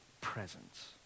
presence